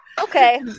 Okay